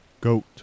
Goat